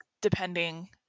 depending